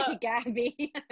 Gabby